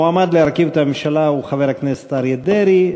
המועמד להרכיב את הממשלה הוא חבר הכנסת אריה דרעי.